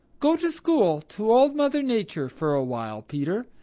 go to school to old mother nature for a while, peter.